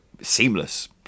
Seamless